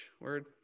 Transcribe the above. word